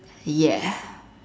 ya